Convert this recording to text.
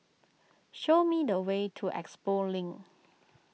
show me the way to Expo Link